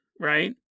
right